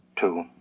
Two